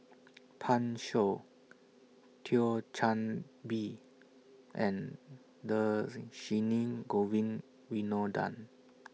Pan Shou Thio Chan Bee and Govin Winodan